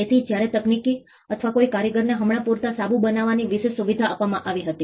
તેથી જ્યારે તકનીકી અથવા કોઈ કારીગરને હમણાં પૂરતાં સાબુ બનાવવાની વિશેષ સુવિધા આપવામાં આવી હતી